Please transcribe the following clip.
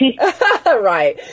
right